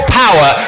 power